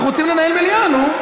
אנחנו רוצים לנהל מליאה, נו.